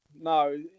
no